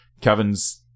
Kevin's